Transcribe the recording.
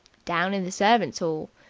down in the servants' all.